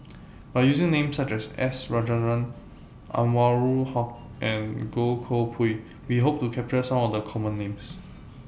By using Names such as S Rajendran Anwarul Haque and Goh Koh Pui We Hope to capture Some of The Common Names